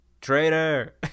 traitor